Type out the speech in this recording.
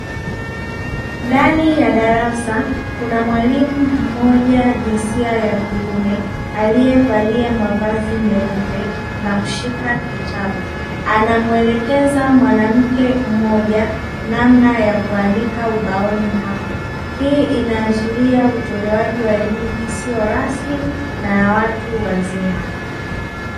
Ndani ya darasa kuna mwalimu mmoja jisnia ya kiume aliyevalia mavazi meupe na kushika kitabu, anamuelekeza mwanamke mmoja namna ya kuandika ubaoni hapo. Hii inaashiria utolewaji wa elimu isiyo rasmi na ya watu wazima.